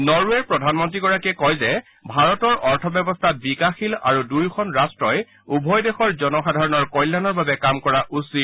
নৰ ৱেৰ প্ৰধানমন্ত্ৰীগৰাকীয়ে কয় যে ভাৰতৰ অৰ্থব্যৱস্থা বিকাশীল আৰু দূয়োখন ৰাট্টই উভয় দেশৰ জনসাধাৰণৰ কল্যাণৰ বাবে কাম কৰা উচিত